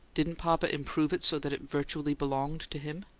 didn't papa improve it so that it virtually belonged to him?